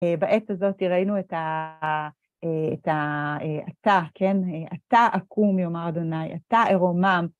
בעת הזאת ראינו את ה-אתה, כן, אתה אקום, יאמר ה', אתה אירומם.